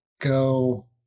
go